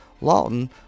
Lawton